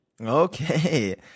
Okay